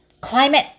climate